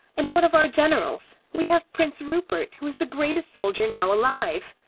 and what of our generals? we have prince rupert, who is the greatest soldier now alive.